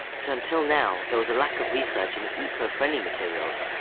but until now, there was a lack of research in eco-friendly materials.